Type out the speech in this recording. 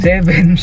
Seven